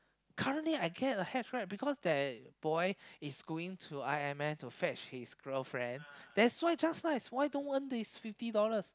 currently I get a hitch ride because that boy is going to i_m_m to fetch his girlfriend that's why just nice why don't earn this fifty dollars